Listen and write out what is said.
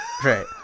Right